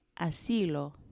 Asilo